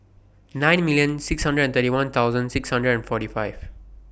nine million six hundred and thirty one thousand six hundred and forty five